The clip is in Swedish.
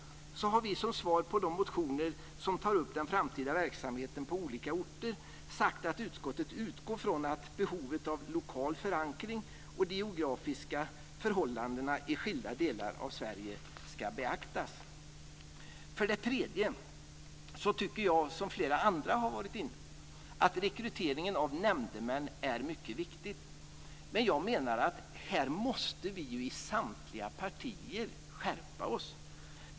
Vi har som svar på de motioner som tar upp den framtida verksamheten på olika orter sagt att utskottet utgår från att behovet av lokal förankring och de geografiska förhållandena i skilda delar av Sverige ska beaktas. För det tredje tycker jag, som flera andra har varit inne på, att rekryteringen av nämndemän är mycket viktig. Men vi måste skärpa oss i samtliga partier.